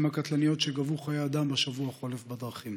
הקטלניות שגבו חיי אדם בשבוע החולף בדרכים.